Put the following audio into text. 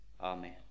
amen